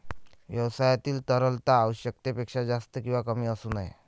व्यवसायातील तरलता आवश्यकतेपेक्षा जास्त किंवा कमी असू नये